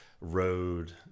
road